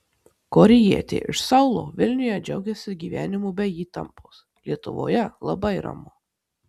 korėjietė iš seulo vilniuje džiaugiasi gyvenimu be įtampos lietuvoje labai ramu